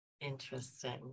Interesting